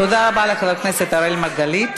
תודה רבה לחבר הכנסת אראל מרגלית.